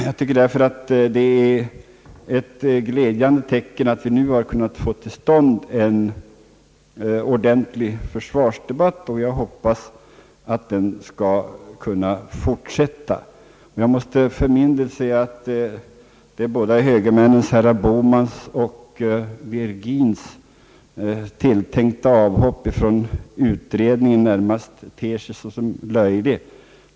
Jag tycker att det är ett glädjande tecken att vi nu har kunnat få till stånd en ordentlig försvarsdebatt, och jag hoppas att den skall kunna fortsätta. Jag måste faktiskt säga att de båda högermännen Bohmans och Virgins tilltänkta avhopp från utredningen närmast ter sig som löjligt.